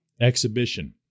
exhibition